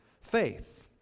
faith